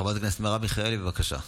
חברת הכנסת מרב מיכאלי, בבקשה.